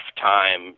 time